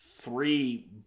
three